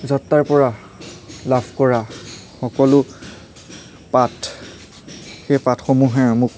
যাত্ৰাৰ পৰা লাভ কৰা সকলো পাঠ সেই পাঠসমূহে মোক